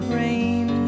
rain